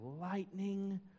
lightning